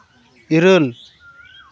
ᱤᱨᱟᱹᱞ